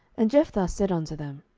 and jephthah said unto them,